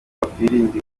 wakwirinda